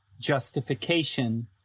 justification